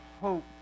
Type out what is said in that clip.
hope